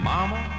Mama